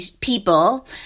people